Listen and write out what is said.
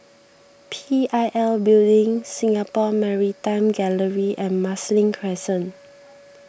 P I L Building Singapore Maritime Gallery and Marsiling Crescent